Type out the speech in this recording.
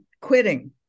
quitting